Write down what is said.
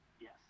Yes